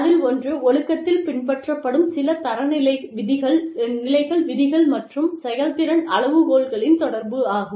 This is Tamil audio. அதில் ஒன்று ஒழுக்கத்தில் பின்பற்றப்படும் சில தரநிலைகள் விதிகள் மற்றும் செயல்திறன் அளவுகோல்களின் தொடர்பு ஆகும்